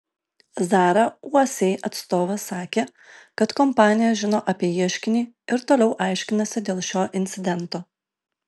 zara usa atstovas sakė kad kompanija žino apie ieškinį ir toliau aiškinasi dėl šio incidento